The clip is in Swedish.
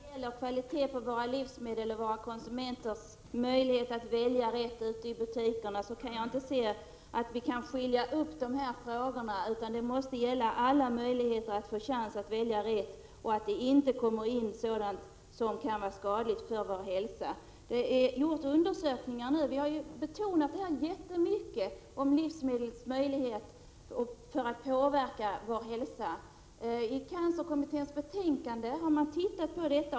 Herr talman! När det gäller kvaliteten på våra livsmedel och konsumenternas möjlighet att välja rätt ute i butikerna kan jag inte se att dessa två saker kan skiljas åt, utan konsumenterna måste ges alla chanser att välja rätt. Vi måste se till att det inte kommer in produkter som kan vara skadliga för människors hälsa. Vi har ofta betonat livsmedlens påverkan på hälsan, och det har gjorts undersökningar om detta, t.ex. av cancerkommittén.